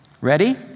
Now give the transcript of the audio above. Ready